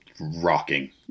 rocking